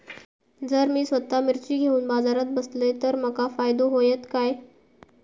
जर मी स्वतः मिर्ची घेवून बाजारात बसलय तर माका फायदो होयत काय?